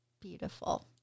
beautiful